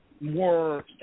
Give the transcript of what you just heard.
more